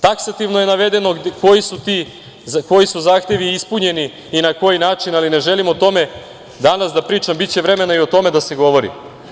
Taksativno je navedeno koji su zahtevi ispunjeni i na koji način, ali ne želim o tome danas da pričam, biće vremena i o tome da se govori.